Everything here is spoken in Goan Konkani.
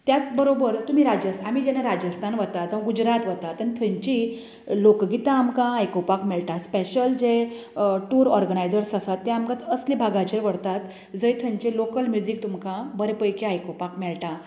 त्याच बोरबर तुमी राजस्थान आमी जेन्ना राजस्थान वता जावं गुजरात वता तेन्ना थंयची लोकगितां आमकां आयकुपाक मेळटा स्पेशल जे टूर ओरगनायजर्स आसा ते आमकां असले भागाचेर व्हरतात जंय थंयचे लोकल म्युजीक तुमकां बरे पैकी आयकुपाक मेळटा